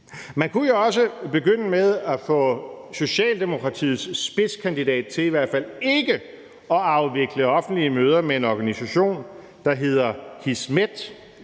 Man kunne jo også begynde med at få Socialdemokratiets spidskandidat til i hvert fald ikke at afvikle offentlige møder med en organisation, der hedder Hizmet,